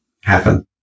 happen